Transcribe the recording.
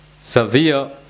severe